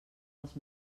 els